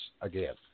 again